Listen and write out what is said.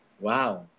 Wow